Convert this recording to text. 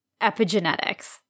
epigenetics